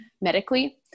medically